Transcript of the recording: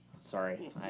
Sorry